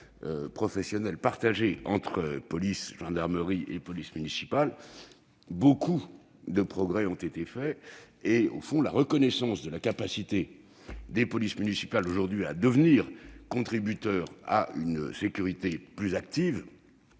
professionnels partagés entre police, gendarmerie et police municipale, de nombreux progrès ont été accomplis. Au fond, la reconnaissance de la capacité des polices municipales à devenir les contributeurs d'une sécurité plus active,